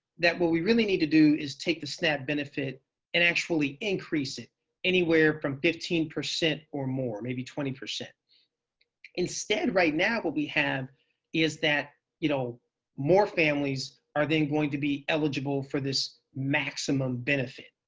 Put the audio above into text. that what we really need to do is take the snap benefit and actually increase it anywhere from fifteen percent or more. maybe twenty. instead, right now what we have is that you know more families are then going to be eligible for this maximum benefit.